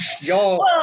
Y'all